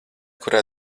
kurā